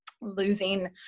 losing